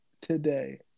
today